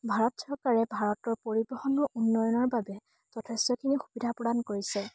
ভাৰত চৰকাৰে ভাৰতৰ পৰিবহণৰ উন্নয়নৰ বাবে যথেষ্টখিনি সুবিধা প্ৰদান কৰিছে